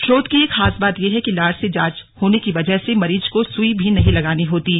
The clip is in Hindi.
शोध की खास बात यह है कि लार से जांच होने की वजह से मरीज को सुई भी नहीं लगानी होती है